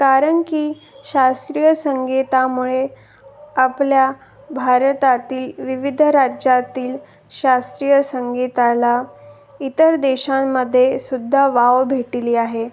कारण की शास्त्रीय संगीतामुळे आपल्या भारतातील विविध राज्यातील शास्त्रीय संगीताला इतर देशांमध्ये सुद्धा वाव भेटला आहे